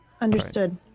understood